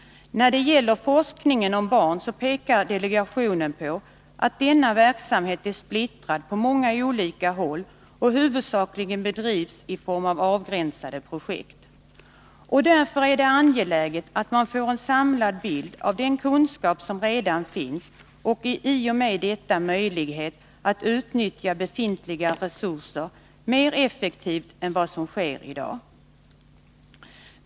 När det gäller forskningen om barn pekar delegationen på att denna verksamhet är splittrad på många olika håll och huvudsakligen bedrivs i form av avgränsade projekt. Därför är det angeläget att man får en samlad bild av den kunskap som redan finns och i och med detta får möjlighet att utnyttja befintliga resurser mer effektivt än vad som sker i dag.